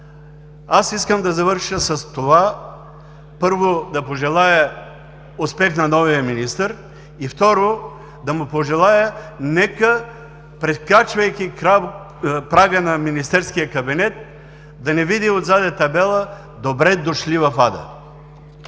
Искам да завърша с това: първо, да пожелая успех на новия министър, и второ, да му пожелая, прекрачвайки прага на министерския кабинет, да не види отзад табела „Добре дошли в ада!“.